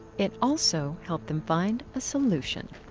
it also helped them find a solution.